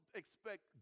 expect